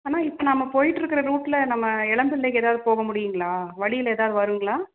ஆனால் இப்போ நாம போயிட்ருக்கிற ரூட்டில் நம்ம இளம்பிள்ளைக எதாவது போக முடியுங்களா வழியில் எதாவது வருங்களா